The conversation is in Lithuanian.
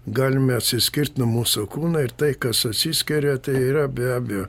galime atsiskirt nuo mūsų kūną ir tai kas atsiskiria tai yra be abejo